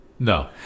no